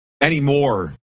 anymore